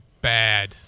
bad